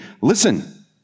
listen